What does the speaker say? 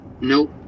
nope